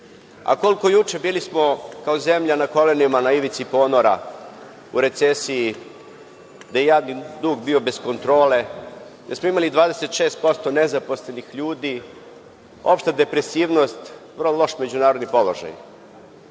A koliko juče, bili smo kao zemlja na kolenima na ivici ponora, u recesiji, gde je javni dug bio bez kontrole, gde smo imali 26% nezaposlenih ljudi, opšta depresivnost, vrlo loš međunarodni položaj.